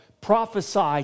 prophesy